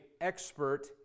expert